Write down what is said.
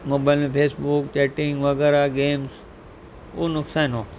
mobile में Facebook chatting वग़ैरह games उहा नुक़सान हुओ